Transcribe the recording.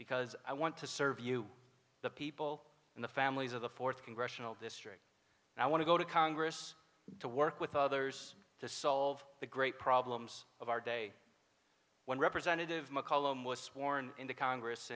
because i want to serve you the people and the families of the fourth congressional district and i want to go to congress to work with others to solve the great problems of our day when representative mccollum was sworn in the congress